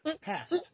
Past